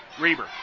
Reber